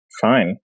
fine